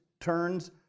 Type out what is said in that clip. turns